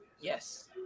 Yes